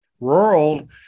Rural